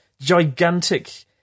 gigantic